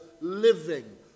living